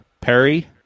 perry